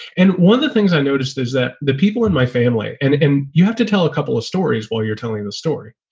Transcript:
and one of the things i noticed is that the people in my family and and you have to tell a couple of stories while you're telling the story,